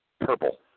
purple